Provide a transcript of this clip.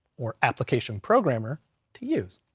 or application programmer to use.